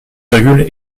virgule